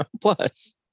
Plus